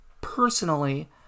Personally